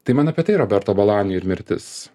tai man apie tai roberto balonijo ir mirtis